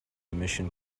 emission